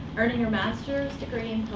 earning her master's degree